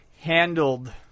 handled